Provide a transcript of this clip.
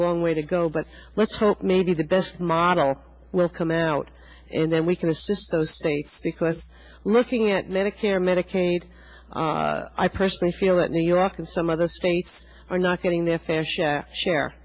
long way to go but let's hope maybe the best model will come out and then we can assist those states because looking at medicare medicaid i personally feel that new york and some other states are not getting their fair share share